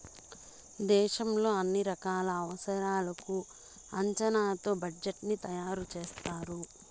దేశంలో అన్ని రకాల అవసరాలకు అంచనాతో బడ్జెట్ ని తయారు చేస్తారు